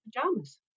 pajamas